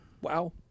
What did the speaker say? Wow